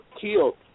killed